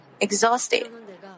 exhausted